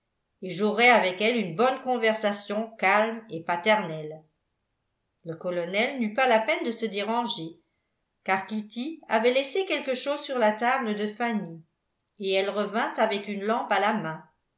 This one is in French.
et j'aurai avec elle une bonne conversation calme et paternelle le colonel n'eut pas la peine de se déranger car kitty avait laissé quelque chose sur la table de fanny et elle revint avec une lampe à la main